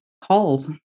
called